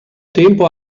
tempo